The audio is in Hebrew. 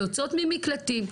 יוצאות ממקלטים.